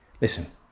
listen